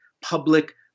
public